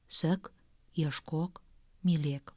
sek ieškok mylėk